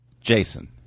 Jason